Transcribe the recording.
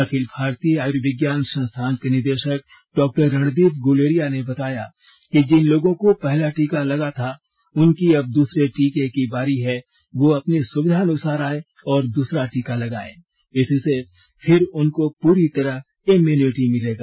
अखिल भारतीय आयुर्विज्ञान संस्थान के निदेशक डॉ रणदीप गुलेरिया ने बताया कि जिन लोगों को पहला टीका लगा था उनकी अब दूसरे टीके की बारी है वो अपनी सुविधानुसार आए और दूसरा टीका लगाएं इसी से फिर उनको पूरी तरह इम्युनिटी मिलेगी